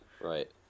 right